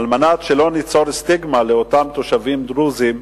על מנת שלא ניצור סטיגמה לאותם תושבים דרוזים: